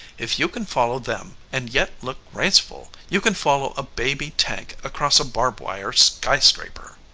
if you can follow them and yet look graceful you can follow a baby tank across a barb-wire sky-scraper.